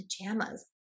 pajamas